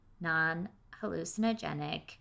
non-hallucinogenic